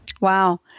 Wow